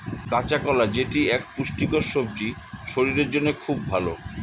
কাঁচা কলা যেটি এক পুষ্টিকর সবজি শরীরের জন্য খুব ভালো